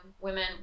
women